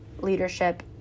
leadership